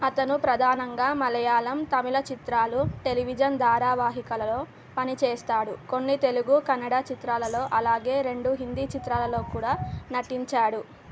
అతను ప్రధానంగా మలయాళం తమిళ చిత్రాలు టెలివిజన్ ధారావాహికలలో పని చేస్తాడు కొన్ని తెలుగు కన్నడ చిత్రాలలో అలాగే రెండు హిందీ చిత్రాలలో కూడా నటించాడు